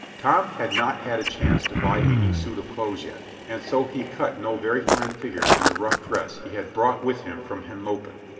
tom had not had a chance to buy a new suit of clothes yet, and so he cut no very fine figure in the rough dress he had brought with him from henlopen.